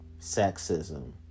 sexism